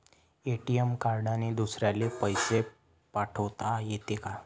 ATM कार्डने दुसऱ्याले पैसे पाठोता येते का?